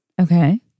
Okay